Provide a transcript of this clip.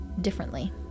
differently